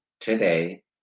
today